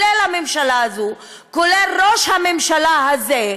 כולל הממשלה הזאת,